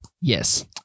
Yes